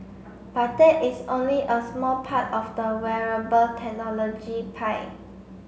but that is only a smart part of the wearable technology pie